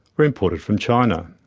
were imported from china.